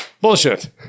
Bullshit